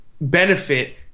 benefit